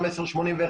גם 1081,